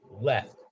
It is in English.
left